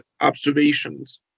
observations